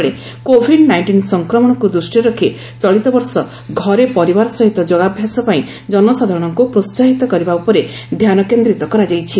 ତେବେ COVID nineteen ସଂକ୍ରମଣକୁ ଦୃଷ୍ଟିରେ ରଖି ଚଳିତ ବର୍ଷ ଘରେ ପରିବାର ସହିତ ଯୋଗାଭ୍ୟାସ ପାଇଁ ଜନସାଧାରଣଙ୍କୁ ପ୍ରୋହାହିତ କରିବା ଉପରେ ଧ୍ୟାନ କେନ୍ଦ୍ରିତ କରାଯାଇଛି